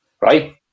right